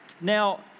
now